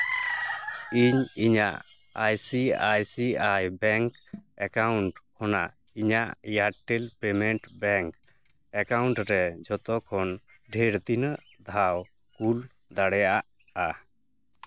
ᱤᱧ ᱤᱧᱟᱹᱜ I C I C I bank account ᱠᱷᱚᱱᱟᱜ ᱤᱧᱟᱹᱜ ᱮᱭᱟᱨᱴᱮᱞ ᱯᱮᱢᱮᱱᱴ ᱵᱮᱝᱠ ᱮᱠᱟᱣᱩᱱᱴ ᱨᱮ ᱡᱷᱚᱛᱚ ᱠᱷᱚᱱ ᱰᱷᱮᱨ ᱛᱤᱱᱟᱹᱜ ᱫᱷᱟᱣ ᱠᱳᱞ ᱫᱟᱲᱮᱭᱟᱜᱼᱟ